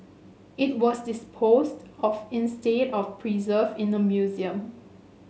it was disposed of instead of preserved in a museum